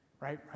right